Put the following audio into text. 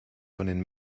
von